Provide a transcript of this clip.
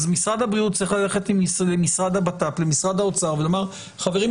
אז משרד הבריאות צריך ללכת למשרד הבט"פ ולמשרד האוצר ולומר: חברים,